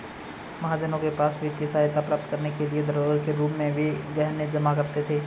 महाजनों के पास वित्तीय सहायता प्राप्त करने के लिए धरोहर के रूप में वे गहने जमा करते थे